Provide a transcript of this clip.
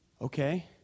Okay